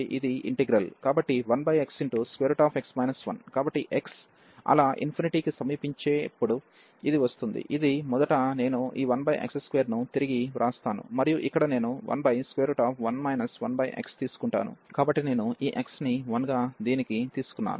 కాబట్టి1xx 1 కాబట్టి x అలా కి సమీపించేటప్పుడు ఇది వస్తుంది ఇది మొదట నేను ఈ 1x2ను తిరిగి వ్రాస్తాను మరియు ఇక్కడ నేను 11 1xతీసుకుంటాను కాబట్టి నేను ఈ x ని 1 గా దీనికి తీసుకున్నాను